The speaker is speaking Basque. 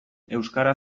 euskara